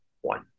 one